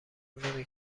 نمی